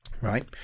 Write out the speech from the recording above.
Right